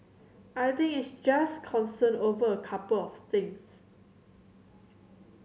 I think it's just concern over a couple of things